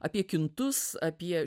apie kintus apie